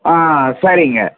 ஆ சரிங்க